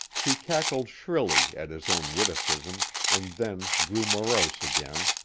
he cackled shrilly at his own witticism and then grew morose again.